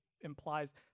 implies